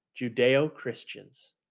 Judeo-Christians